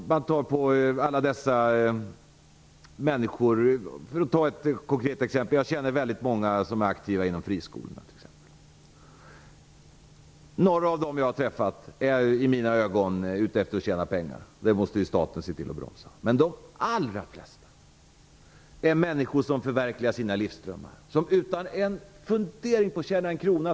Jag kan ta ett konkret exempel. Jag känner väldigt många som är aktiva inom friskolorna. Några av dem jag har träffat är i mina ögon ute efter att tjäna pengar, och det måste ju staten se till att bromsa. Men de allra flesta är människor som förverkligar sina livsdrömmar utan en fundering på att tjäna en krona.